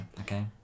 okay